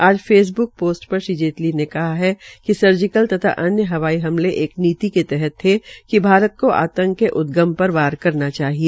आज Facebook post पर श्री जेटली ने कहा कि सर्जिकल तथा हवाई हमले एक नीति के तहत थे कि भारत को आतंक के उद्गम पर वार करना चाहिए